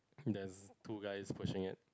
there's two guys pushing it